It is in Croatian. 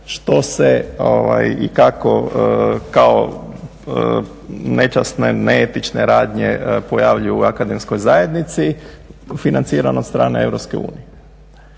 što se i kako kao nečasne, neetične radnje pojavljuje u akademskoj zajednici financiran od strane EU.